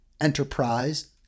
Enterprise